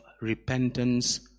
repentance